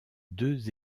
deux